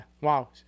Wow